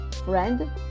Friend